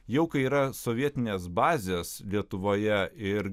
jau yra sovietinės bazės lietuvoje ir